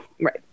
Right